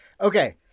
Okay